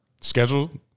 Scheduled